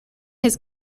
his